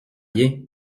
bien